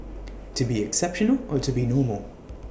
to be exceptional or to be normal